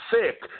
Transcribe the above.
sick